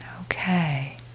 Okay